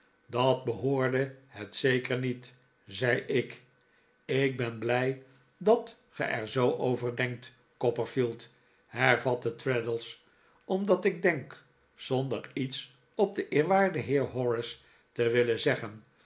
dat behoorde het zeker niet zei ik ik ben blij dat ge er zoo over denkt copperfield hervatte traddles omdat ik denk zonder iets op den eerwaarden heer horace te willen zeggen